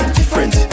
different